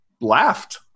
laughed